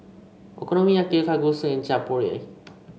Okonomiyaki Kalguksu and Chaat Papri